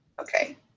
Okay